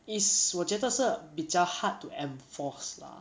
is 我觉得是比较 hard to enforce lah